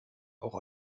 auch